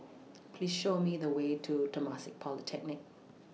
Please Show Me The Way to Temasek Polytechnic